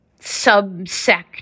subsect